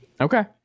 okay